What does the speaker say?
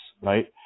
right